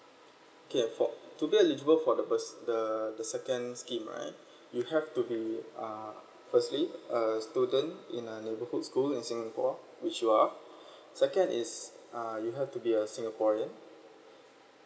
okay for to be eligible for the burs~ the the second scheme right you have to be uh firstly a student in a neighbourhood school in singapore which you are second is uh you have to be a singaporean